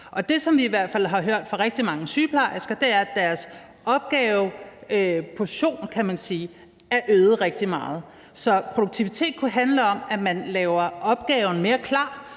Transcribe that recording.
det, som vi i hvert fald har hørt fra rigtig mange sygeplejersker, er, at deres opgaveportion, kan man sige, er øget rigtig meget. Så produktivitet kunne handle om, at man laver opgaven mere klar